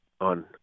on